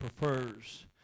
prefers